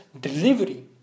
delivery